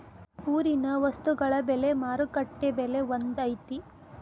ಊರಿನ ವಸ್ತುಗಳ ಬೆಲೆ ಮಾರುಕಟ್ಟೆ ಬೆಲೆ ಒಂದ್ ಐತಿ?